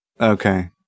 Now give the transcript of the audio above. Okay